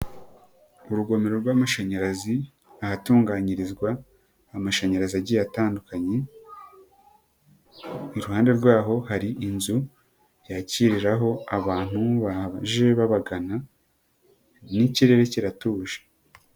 Urugomero rw'amashanyarazi ahatunganyirizwa amashanyarazi agiye atandukanye, i ruhande rwaho hari inzu yakiriraho abantu baje babagana n'ikirere kiratuje.